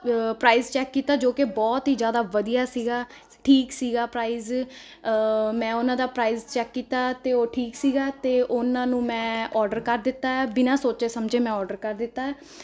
price check ਕੀਤਾ ਜੋ ਕਿ ਬਹੁਤ ਹੀ ਜ਼ਿਆਦਾ ਵਧੀਆ ਸੀਗਾ ਠੀਕ ਸੀਗਾ ਪ੍ਰਾਈਜ ਮੈਂ ਉਹਨਾਂ ਦਾ ਪ੍ਰਾਈਜ ਚੈੱਕ ਕੀਤਾ ਅਤੇ ਉਹ ਠੀਕ ਸੀਗਾ ਅਤੇ ਉਹਨਾਂ ਨੂੰ ਮੈਂ ਆਰਡਰ ਕਰ ਦਿੱਤਾ ਬਿਨਾਂ ਸੋਚੇ ਸਮਝੇ ਮੈਂ ਆਰਡਰ ਕਰ ਦਿੱਤਾ